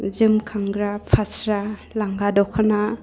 जों खांग्रा फास्रा लांखादों दख'ना लांगा दख'ना